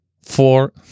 four